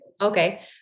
Okay